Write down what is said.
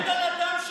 רוקד על הדם של,